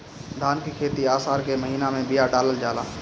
धान की खेती आसार के महीना में बिया डालल जाला?